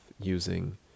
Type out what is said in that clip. using